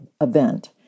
event